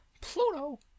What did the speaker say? Pluto